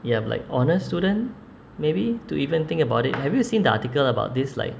ya but like honour student maybe to even think about it have you seen the article about this like